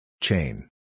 Chain